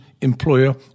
employer